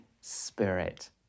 Spirit